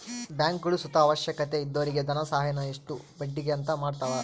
ಬ್ಯಾಂಕ್ಗುಳು ಸುತ ಅವಶ್ಯಕತೆ ಇದ್ದೊರಿಗೆ ಧನಸಹಾಯಾನ ಇಷ್ಟು ಬಡ್ಡಿಗೆ ಅಂತ ಮಾಡತವ